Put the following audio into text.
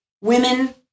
women